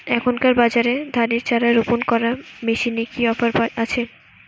এখনকার বাজারে ধানের চারা রোপন করা মেশিনের কি অফার আছে?